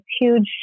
huge